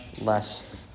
less